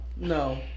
No